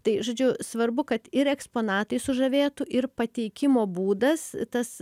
tai žodžiu svarbu kad ir eksponatai sužavėtų ir pateikimo būdas tas